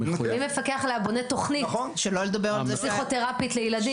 מי מפקח עליה ובונה תוכנית פסיכותרפית לילדים.